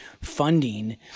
funding